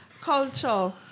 culture